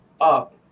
up